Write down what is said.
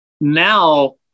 now